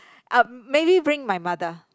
um maybe bring my mother